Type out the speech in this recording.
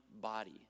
body